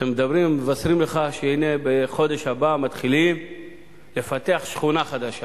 כשמדברים ומבשרים לך שהנה בחודש הבא מתחילים לפתח שכונה חדשה,